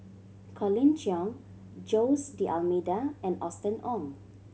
Colin Cheong Jose D'Almeida and Austen Ong